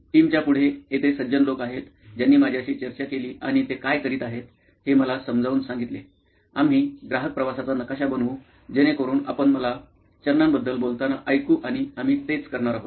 टीमच्या पुढे येथे सज्जन लोक आहेत ज्यांनी माझ्याशी चर्चा केली आणि ते काय करीत आहेत हे मला समजावून सांगितले आम्ही ग्राहक प्रवासाचा नकाशा बनवू जेणेकरून आपण मला चरणांबद्दल बोलताना ऐकू आणि आम्ही तेच करणार आहोत